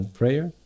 prayer